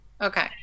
Okay